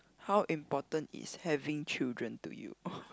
how important is having children to you